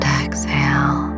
exhale